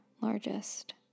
largest